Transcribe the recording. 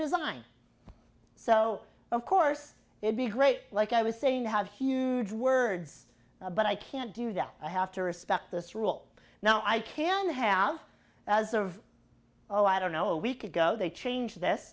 design so of course it be great like i was saying to have huge words but i can't do that i have to respect this rule now i can have as of oh i don't know we could go they change this